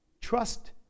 trust